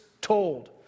told